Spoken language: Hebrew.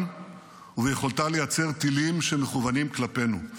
וביכולתה לייצר טילים שמכוונים כלפינו.